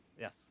yes